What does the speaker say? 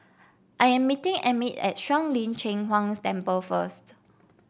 I am meeting Emit at Shuang Lin Cheng Huang Temple first